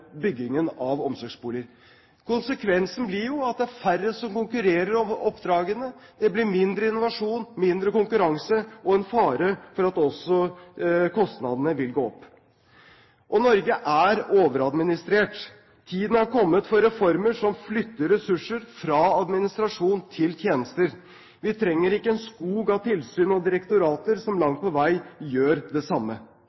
byggingen av omsorgsboliger. Konsekvensen blir jo at det er færre som konkurrerer om oppdragene, det blir mindre innovasjon og mindre konkurranse og også en fare for at kostnadene vil gå opp. Norge er overadministrert. Tiden er kommet for reformer som flytter ressurser fra administrasjon til tjenester. Vi trenger ikke en skog av tilsyn og direktorater som